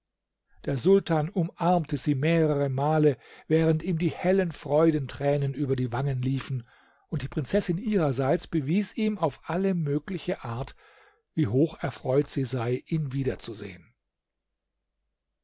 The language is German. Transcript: der sultan umarmte sie mehrere male während ihm die hellen freudentränen über die wangen liefen und die prinzessin ihrerseits bewies ihm auf alle mögliche art wie hoch erfreut sie sei ihn wieder